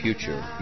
Future